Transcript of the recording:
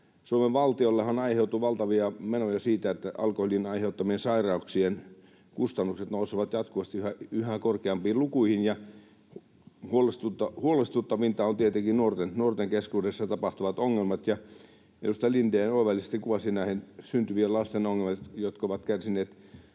Suomen valtiollehan aiheutuu valtavia menoja siitä, että alkoholin aiheuttamien sairauksien kustannukset nousevat jatkuvasti yhä korkeampiin lukuihin, ja huolestuttavimpia ovat tietenkin nuorten keskuudessa tapahtuvat ongelmat. Edustaja Lindén oivallisesti kuvasi ongelmat näillä syntyvillä lapsilla, jotka ovat kärsineet,